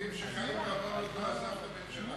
אומרים שחיים רמון עוד לא עזב את הממשלה.